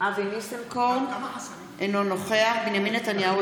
אינו נוכח בנימין נתניהו,